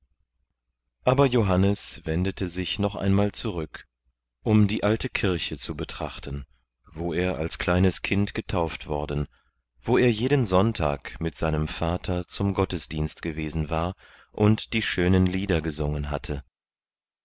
aber johannes wendete sich noch einmal zurück um die alte kirche zu betrachten wo er als kleines kind getauft worden wo er jeden sonntag mit seinem vater zum gottesdienst gewesen war und die schönen lieder gesungen hatte